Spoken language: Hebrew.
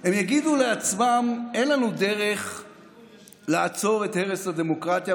הם יגידו לעצמם: אין לנו דרך לעצור את הרס הדמוקרטיה,